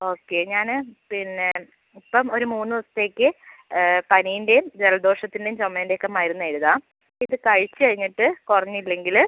okay ഞാൻ പിന്നെ ഇപ്പം ഒരു മൂന്ന് ദിവസത്തേക്ക് പനീൻ്റെയും ജലദോഷത്തിൻ്റെയും ചുമേന്റേം ഒക്കെ മരുന്ന് എഴുതാ ഇത് കഴിച്ച് കഴിഞ്ഞിട്ട് കുറഞ്ഞില്ലെങ്കിൽ